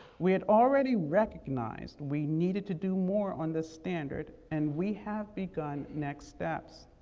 we had already recognized we needed to do more on this standard, and we have begun next steps.